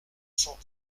cent